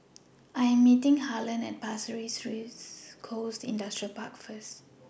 I Am meeting Harlon At Pasir Ris Coast Industrial Park First